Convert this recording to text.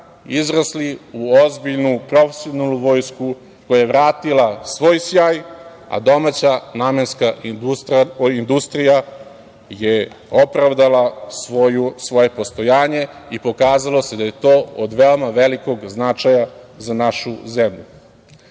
izrasli u ozbiljnu, profesionalnu vojsku koja je vratila svoj sjaj, a domaća namenska industrija je opravdala svoje postojanje i pokazalo se da je to od veoma velikog značaja za našu zemlju.